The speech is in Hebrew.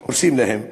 הורסים להם.